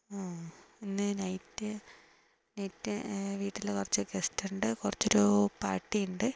ആ ഇന്ന് night night വീട്ടിൽ കുറച്ച് ഗസ്റ്റുണ്ട് കുറച്ചു ഒരു പാർട്ടിയുണ്ട്